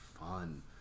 fun